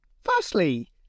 Firstly